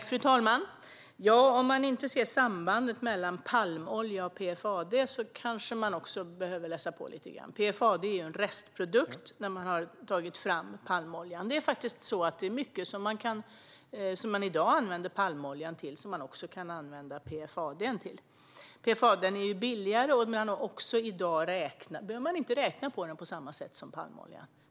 Fru talman! Om man inte ser sambandet mellan palmolja och PFAD kanske man behöver läsa på lite grann. PFAD är en restprodukt man får efter att ha tagit fram palmoljan. Mycket som man i dag använder palmolja till kan man faktiskt använda även PFAD till. PFAD är billigare, och i dag behöver man inte räkna på den på samma sätt som palmoljan.